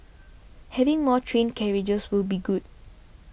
having more train carriages will be good